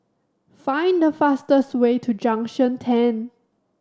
find the fastest way to Junction Ten